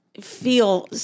feel